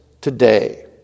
today